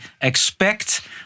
expect